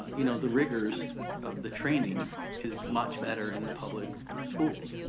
you know the rigors of the training is much better in the public schools.